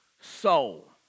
soul